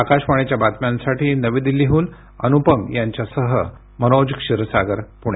आकाशवाणीच्या बातम्यांसाठी नवी दिल्लीहून अनुपम यांच्यासह मनोज क्षीरसागर पुणे